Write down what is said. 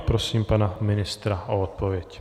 Prosím pana ministra o odpověď.